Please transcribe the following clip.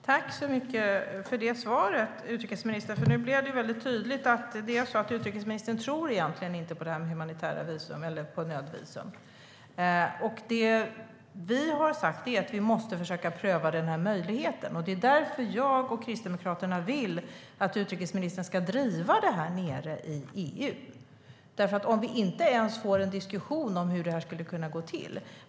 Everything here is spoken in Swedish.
Herr talman! Tack för svaret, utrikesministern! Nu blev det tydligt att utrikesministern inte tror på humanitära visum - nödvisum. Vi kristdemokrater har sagt att möjligheten måste prövas. Det är därför jag och Kristdemokraterna vill att utrikesministern ska driva frågan i EU. Som det är nu kan det inte ens bli en diskussion om hur hanteringen av nödvisum kan gå till.